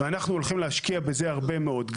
אנחנו הולכים להשקיע בזה הרבה מאוד.